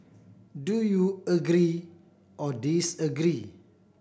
do you agree or disagree